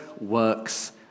works